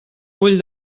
ull